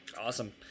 Awesome